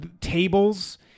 tables